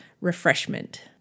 refreshment